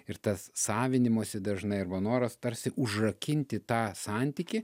ir tas savinimosi dažnai arba noras tarsi užrakinti tą santykį